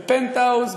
בפנטהאוז,